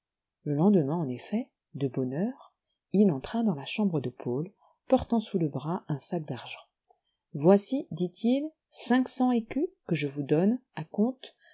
le lendemain en effet de bonne heure il entra dans la chambre de paul portant sous le bras un sac d'argent voici dit-il cinq cents écus que je vous donne à compte